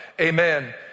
amen